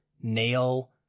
nail